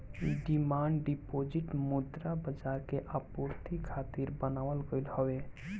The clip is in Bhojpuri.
डिमांड डिपोजिट मुद्रा बाजार के आपूर्ति खातिर बनावल गईल हवे